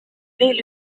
veel